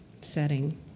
setting